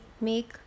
make